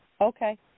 Okay